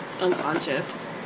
unconscious